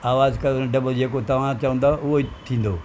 आवाज़ जेको तव्हां चवंदो उहो ई थींदो